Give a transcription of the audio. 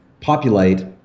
Populate